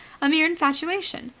a mere infatuation,